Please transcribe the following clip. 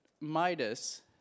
Midas